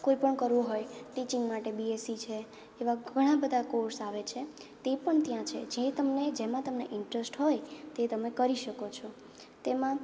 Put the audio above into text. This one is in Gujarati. કોઈ પણ કરવું હોય ટિચિંગ માટે બી એસ સી છે એવા ઘણા બધા કોર્સ આવે છે તે પણ ત્યાં છે જે તમને જેમાં તમને ઈન્ટરસ્ટ હોય તે તમે કરી શકો છો તેમાં